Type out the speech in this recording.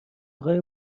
اقای